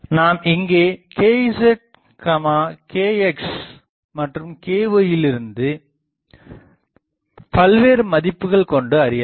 நாம் இங்கே kzkx மற்றும் ky யின்பல்வேறு மதிப்புகள் கொண்டு ஆராயலாம்